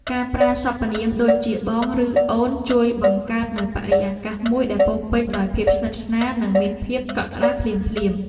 ការប្រើសព្វនាមដូចជាបងឬអូនជួយបង្កើតនូវបរិយាកាសមួយដែលពោរពេញដោយភាពស្និទ្ធស្នាលនិងមានភាពកក់ក្តៅភ្លាមៗ។